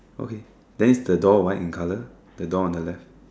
okay then is the door white in colour the door on the left